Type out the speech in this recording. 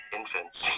infants